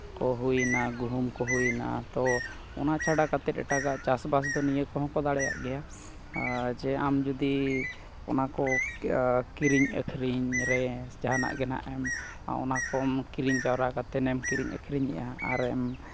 ᱠᱚ ᱦᱩᱭᱱᱟ ᱜᱩᱦᱩᱢ ᱠᱚ ᱦᱩᱭᱱᱟ ᱛᱳ ᱚᱱᱟ ᱪᱷᱟᱰᱟ ᱠᱟᱛᱮ ᱮᱴᱟᱜ ᱪᱟᱥᱵᱟᱥ ᱫᱚ ᱱᱤᱭᱟᱹ ᱠᱚᱦᱚᱸ ᱠᱚ ᱫᱟᱲᱮᱭᱟᱜ ᱜᱮᱭᱟ ᱟᱨ ᱡᱮ ᱟᱢ ᱡᱩᱫᱤ ᱚᱱᱟ ᱠᱚ ᱠᱤᱨᱤᱧ ᱟᱹᱠᱷᱨᱤᱧ ᱨᱮ ᱡᱟᱦᱟᱱᱟᱜ ᱜᱮ ᱦᱟᱸᱜ ᱮᱢ ᱚᱱᱟ ᱠᱚᱢ ᱠᱤᱨᱤᱧ ᱡᱟᱣᱨᱟ ᱠᱟᱛᱮ ᱮᱢ ᱠᱤᱨᱤᱧ ᱟᱹᱠᱷᱨᱤᱧᱮᱜᱼᱟ ᱟᱨᱮᱢ